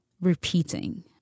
repeating